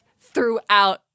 throughout